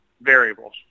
variables